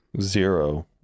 zero